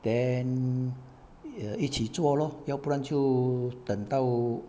then uh 一起做咯要不然就等到